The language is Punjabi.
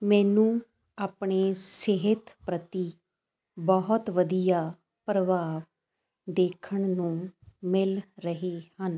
ਮੈਨੂੰ ਆਪਣੇ ਸਿਹਤ ਪ੍ਰਤੀ ਬਹੁਤ ਵਧੀਆ ਪ੍ਰਭਾਵ ਦੇਖਣ ਨੂੰ ਮਿਲ ਰਹੇ ਹਨ